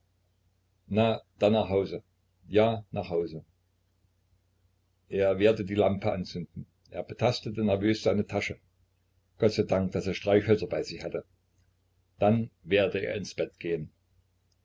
na dann nach hause ja nach hause er werde die lampe anzünden er betastete nervös seine tasche gott sei dank daß er streichhölzer bei sich hatte dann werde er ins bett gehen